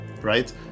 Right